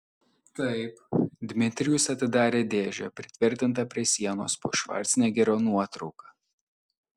taip dmitrijus atidarė dėžę pritvirtintą prie sienos po švarcnegerio nuotrauka